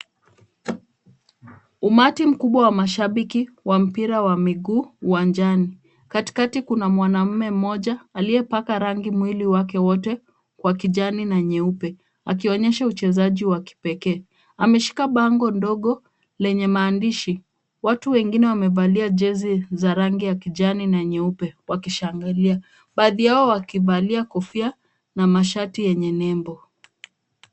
Umati mkubwa wa mashabiki wa mpira wa miguu uwanjani. Katikati kuna mwanamume mmoja aliyepaka rangi mwili wake wote kwa kijani na nyeupe. Akionyesha uchezaji wa kipekee. Ameshika bango ndogo lenye maandishi. Watu wengine wamevalia jezi za rangi ya kijani na nyeupe wakishangilia. Baadhi yao wakivalia kofia na mashati yenye nembo.